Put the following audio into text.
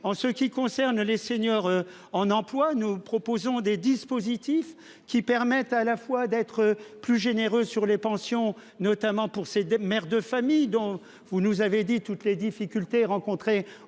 En ce qui concerne les seniors en emploi. Nous proposons des dispositifs qui permettent à la fois d'être plus généreux sur les pensions notamment pour ses des mères de famille dont vous nous avez dit toutes les difficultés rencontrées